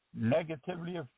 negatively